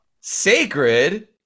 sacred